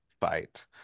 fight